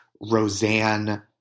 roseanne